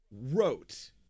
wrote